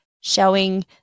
showing